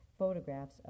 photographs